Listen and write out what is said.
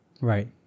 Right